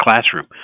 classroom